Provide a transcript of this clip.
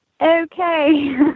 okay